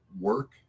work